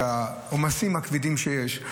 ואת העומסים הכבדים שיש.